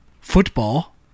football